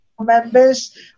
members